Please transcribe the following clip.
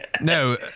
No